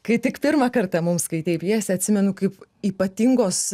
kai tik pirmą kartą mums skaitei pjesę atsimenu kaip ypatingos